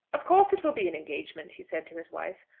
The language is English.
of course it will be an engagement, he said to his wife.